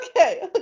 Okay